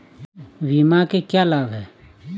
बीमा के क्या लाभ हैं?